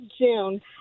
June